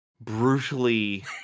brutally